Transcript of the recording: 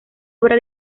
obra